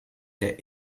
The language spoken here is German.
der